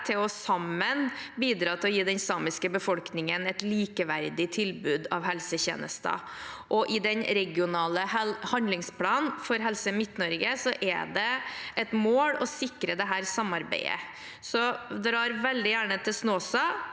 til sammen å bidra til å gi den samiske befolkningen et likeverdig tilbud av helsetjenester. I den regionale handlingsplanen for Helse Midt-Norge er det et mål å sikre dette samarbeidet. Jeg drar veldig gjerne til Snåsa.